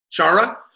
Shara